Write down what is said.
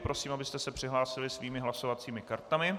Prosím, abyste se přihlásili svými hlasovacími kartami.